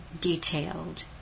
detailed